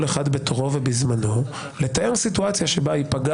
כל אחד בתורו ובזמנו אני מאתגר לתאר סיטואציה שבה תיפגע